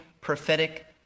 prophetic